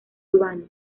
urbano